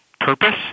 purpose